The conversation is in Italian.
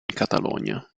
catalogna